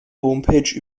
homepage